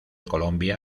colombia